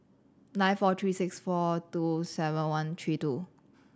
nine four three six four two seven one three two